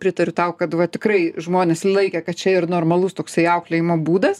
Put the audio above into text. pritariu tau kad va tikrai žmonės laikė kad čia ir normalus toksai auklėjimo būdas